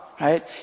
right